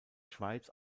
schweiz